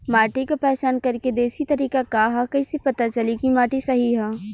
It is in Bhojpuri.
माटी क पहचान करके देशी तरीका का ह कईसे पता चली कि माटी सही ह?